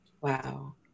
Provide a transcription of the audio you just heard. Wow